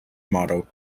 model